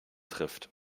trifft